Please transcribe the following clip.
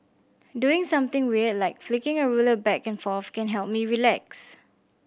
doing something weird like flicking a ruler back and forth can help me relax